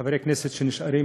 חברי הכנסת הנשארים,